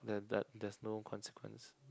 there there's no consequence